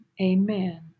amen